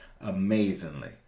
amazingly